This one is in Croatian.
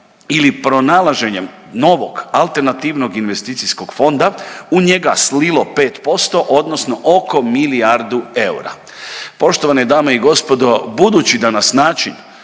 ili pronalaženjem novog AIF u njega slilo 5% odnosno oko milijardu eura. Poštovane dame i gospodo, budući da nas način